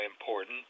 important